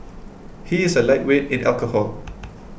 he is a lightweight in alcohol